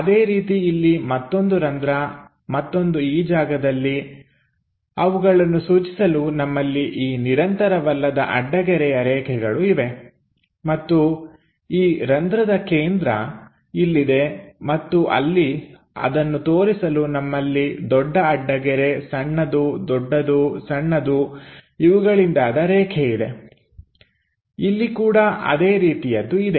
ಅದೇ ರೀತಿ ಇಲ್ಲಿ ಮತ್ತೊಂದು ರಂಧ್ರ ಮತ್ತೊಂದು ಈ ಜಾಗದಲ್ಲಿ ಅವುಗಳನ್ನು ಸೂಚಿಸಲು ನಮ್ಮಲ್ಲಿ ಈ ನಿರಂತರವಲ್ಲದ ಅಡ್ಡಗೆರೆಯ ರೇಖೆಗಳು ಇವೆ ಮತ್ತು ಈ ರಂಧ್ರದ ಕೇಂದ್ರ ಇಲ್ಲಿದೆ ಮತ್ತು ಅಲ್ಲಿ ಅದನ್ನು ತೋರಿಸಲು ನಮ್ಮಲ್ಲಿ ದೊಡ್ಡ ಅಡ್ಡಗೆರೆ ಸಣ್ಣದು ದೊಡ್ಡದು ಸಣ್ಣದು ಇವುಗಳಿಂದಾದ ರೇಖೆ ಇದೆ ಇಲ್ಲಿ ಕೂಡ ಅದೇ ರೀತಿಯದ್ದು ಇದೆ